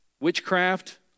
witchcraft